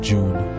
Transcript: June